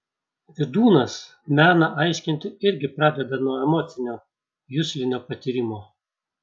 vydūnas meną aiškinti irgi pradeda nuo emocinio juslinio patyrimo